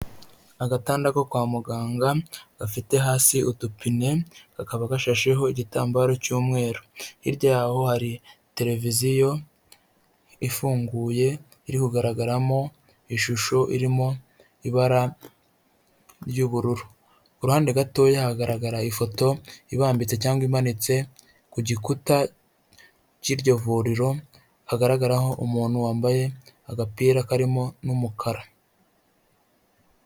Agatanda ko kwa muganga gafite hasi udupine, kakaba gashasheho igitambaro cy'umweru, hirya yaho hari televiziyo ifunguye iri kugaragaramo ishusho irimo ibara ry'ubururu, kuruhande gatoya hagaragara ifoto ibambitse cyangwa imanitse ku gikuta cy'iryo vuriro, hagaragaraho umuntu wambaye agapira karimo n'umukara.